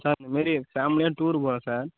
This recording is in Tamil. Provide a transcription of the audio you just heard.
சார் இந்த மாதிரி ஃபேமிலியாக டூர் போகிறோம் சார்